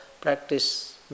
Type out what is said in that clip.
practice